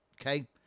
Okay